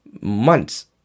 months